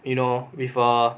you know with a